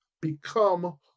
become